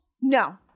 No